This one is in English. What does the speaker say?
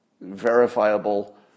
verifiable